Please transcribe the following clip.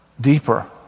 deeper